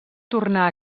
tornar